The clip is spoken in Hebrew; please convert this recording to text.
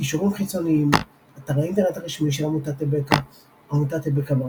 קישורים חיצוניים אתר האינטרנט הרשמי של עמותת טבקה עמותת טבקה,